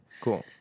Cool